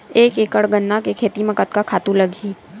एक एकड़ गन्ना के खेती म कतका खातु लगही?